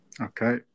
okay